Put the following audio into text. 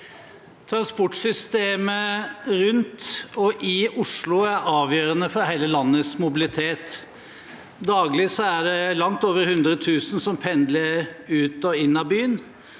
Transportsystemet rundt og i Oslo er avgjørende for hele landets mobilitet. Daglig er det langt over 100 000 som pendler ut av og inn til byen.